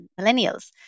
millennials